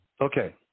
Okay